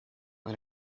and